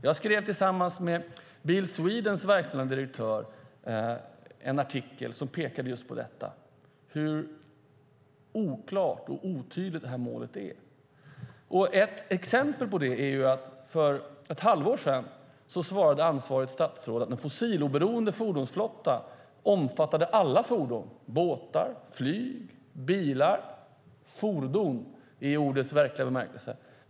Jag skrev tillsammans med Bil Swedens verkställande direktör en artikel som just pekade på hur oklart och otydligt det här målet är. Ett exempel på det är att för ett halvår sedan svarade ansvarigt statsråd att en fossiloberoende fordonsflotta omfattade alla fordon, båtar, flygplan och bilar, det vill säga fordon i ordets verkliga bemärkelse.